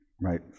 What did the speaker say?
Right